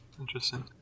interesting